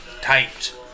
typed